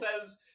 says